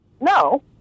No